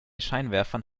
scheinwerfern